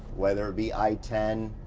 whether it be i ten.